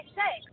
say